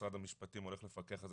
כיצד משרד המשפטים הולך לפקח על זה